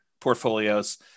portfolios